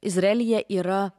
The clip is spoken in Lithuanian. izraelyje yra